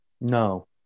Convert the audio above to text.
No